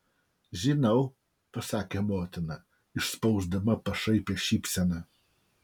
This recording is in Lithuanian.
žinau pasakė motina išspausdama pašaipią šypseną